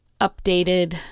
updated